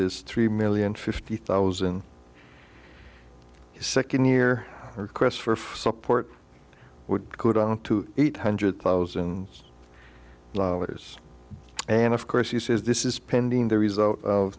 is three million fifty thousand the second year requests for support would go down to eight hundred thousand dollars and of course he says this is pending the result of